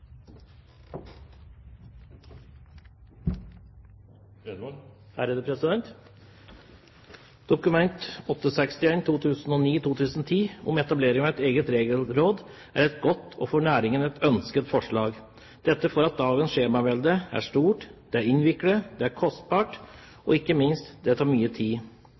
et godt og for næringen et ønsket forslag, fordi dagens skjemavelde er stort, det er innviklet, det er kostbart, og ikke minst tar det mye tid.